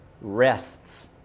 rests